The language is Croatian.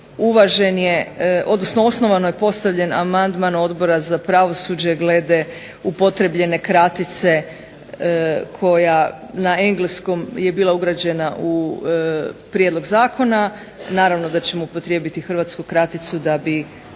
prijedlog odnosi. Osnovano je postavljen amandman Odbora za pravosuđe glede upotrijebljene kratice koja na engleskom je bila ugrađena u prijedlog zakona. Naravno da ćemo upotrijebiti hrvatsku kraticu da bi